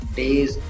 days